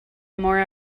more